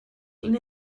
glyn